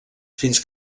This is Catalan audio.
fins